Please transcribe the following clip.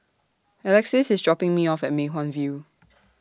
Alexys IS dropping Me off At Mei Hwan View